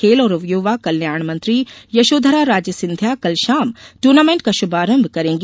खेल और युवा कल्याण मंत्री यशोधरा राजे सिंधिया कल शाम दूर्नामेंट का शुभारंभ करेंगी